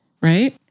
right